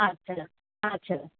আচ্ছা আচ্ছা